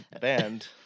band